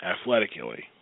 athletically